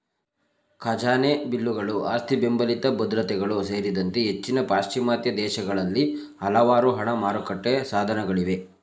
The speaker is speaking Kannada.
ಖಜಾನೆ ಬಿಲ್ಲುಗಳು ಆಸ್ತಿಬೆಂಬಲಿತ ಭದ್ರತೆಗಳು ಸೇರಿದಂತೆ ಹೆಚ್ಚಿನ ಪಾಶ್ಚಿಮಾತ್ಯ ದೇಶಗಳಲ್ಲಿ ಹಲವಾರು ಹಣ ಮಾರುಕಟ್ಟೆ ಸಾಧನಗಳಿವೆ